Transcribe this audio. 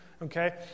Okay